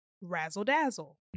razzle-dazzle